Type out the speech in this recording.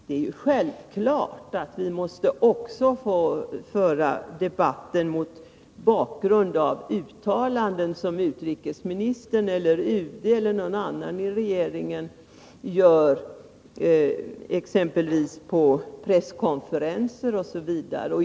Det är ju självklart att vi också måste få föra debatten mot bakgrund av uttalanden som UD eller utrikesministern, eller någon annan i regeringen, gör, exempelvis på presskonferenser osv.